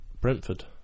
Brentford